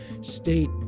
state